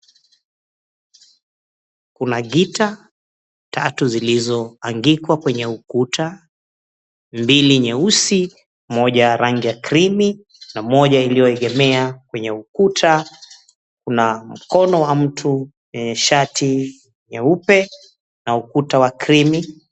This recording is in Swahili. Kuna gitaa tatu zilizoangikwa kwenye ukuta, mbili nyeusi, moja ya rangi ya creamy na moja ilioegemea kwenye ukuta. Kuna mkono wa mtu, shati nyeupe na ukuta wa creamy .